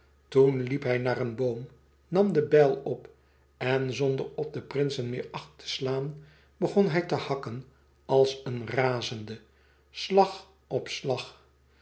toen liep hij naar zijn boom nam de bijl op en zonder op de prinsen meer acht te slaan begon hij te hakken als een razende slag